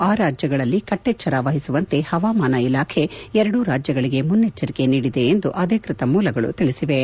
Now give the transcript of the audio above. ಆ ರಾಜ್ಯಗಳಲ್ಲಿ ಕಟ್ಟೆಚ್ಲರ ವಹಿಸುವಂತೆ ಹವಾಮಾನ ಇಲಾಖೆ ಎರಡು ರಾಜ್ಯಗಳಿಗೆ ಮುನ್ನೆಚ್ಚರಿಕೆ ನೀಡಲಾಗಿದೆ ಎಂದು ಅಧಿಕೃತ ಮೂಲಗಳು ತಿಳಿಸಿವೆ